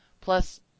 Plus